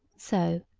so,